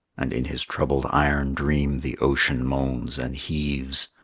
and in his troubled iron dream the ocean moans and heaves.